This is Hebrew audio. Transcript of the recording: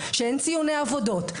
כשאין ציוני עבודות,